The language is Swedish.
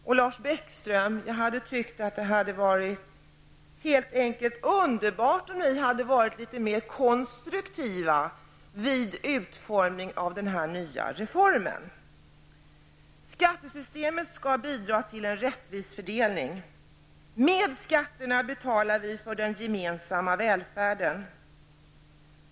Jag hade tyckt att det helt enkelt hade varit underbart, Lars Bäckström, om ni hade varit litet mer konstruktiva vid utformningen av den nya reformen. Skattesystemet skall bidra till en rättvis fördelning. Med skatterna betalar vi för den gemensamma välfärden.